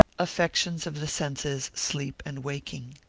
affections of the senses, sleep and waking.